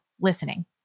listening